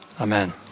amen